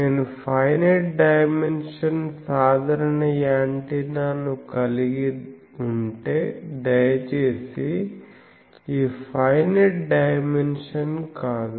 నేను finite dimension సాధారణ antenna ని కలిగి ఉంటే దయచేసి ఈ ఫైనైట్ డైమెన్షన్ కాదు